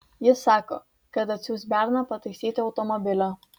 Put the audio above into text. jis sako kad atsiųs berną pataisyti automobilio